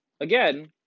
again